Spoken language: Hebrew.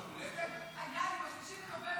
יש לך יום הולדת?